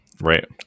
Right